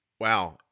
Wow